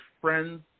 friends